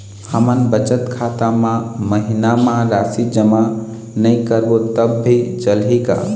हमन बचत खाता मा महीना मा राशि जमा नई करबो तब भी चलही का?